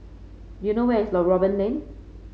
do you know where is low Robin Lane